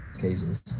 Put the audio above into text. cases